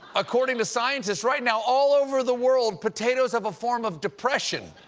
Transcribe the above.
according to scientists, right now, all over the world, potatoes have a form of depression.